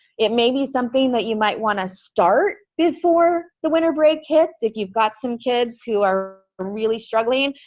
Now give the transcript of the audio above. it may be something that you might want to start before the winter break hits if you've got some kids who are really struggling.